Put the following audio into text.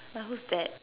like who's that